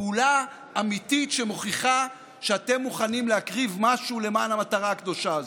פעולה אמיתית שמוכיחה שאתם מוכנים להקריב משהו למען המטרה הקדושה הזו.